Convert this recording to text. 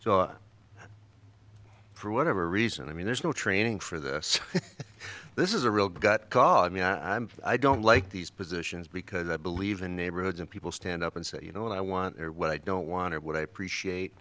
so for whatever reason i mean there's no training for that so this is a real got caught i mean i'm i don't like these positions because i believe in neighborhoods and people stand up and say you know what i want what i don't want or what i appreciate